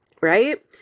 Right